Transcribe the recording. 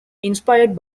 inspired